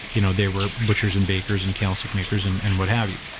you know they were butchers and bakers and candle stick makers and and what have you.